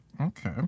Okay